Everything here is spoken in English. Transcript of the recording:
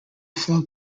fell